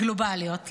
הגלובליות,